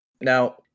Now